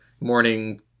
morning